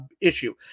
issue